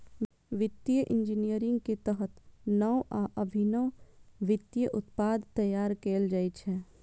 वित्तीय इंजीनियरिंग के तहत नव आ अभिनव वित्तीय उत्पाद तैयार कैल जाइ छै